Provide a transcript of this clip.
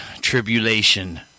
tribulation